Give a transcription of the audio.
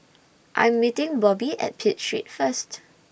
I'm meeting Bobbi At Pitt Street First